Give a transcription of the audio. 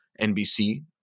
NBC